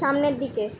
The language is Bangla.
সামনের দিকে